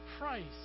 Christ